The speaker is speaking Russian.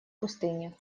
пустыне